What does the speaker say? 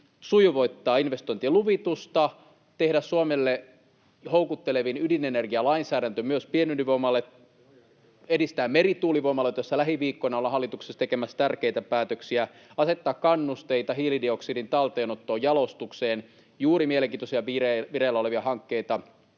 sujuvoittaa investointien luvitusta, tehdä Suomelle houkuttelevin ydinenergialainsäädäntö myös pienydinvoimalle, [Antti Lindtman: Se on järkevää!] edistää merituulivoimaloita, joista lähiviikkoina ollaan hallituksessa tekemässä tärkeitä päätöksiä, asettaa kannusteita hiilidioksidin talteenottoon, jalostukseen. On juuri mielenkiintoisia, vireillä olevia hankkeita